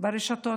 ברשתות